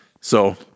So-